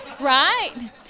right